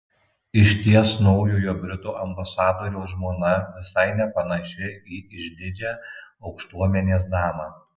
išties naujojo britų ambasadoriaus žmona visai nepanaši į išdidžią aukštuomenės damą